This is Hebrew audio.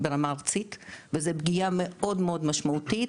ברמה ארצית וזה פגיעה מאוד מאוד משמעותית,